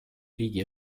riigi